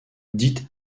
dite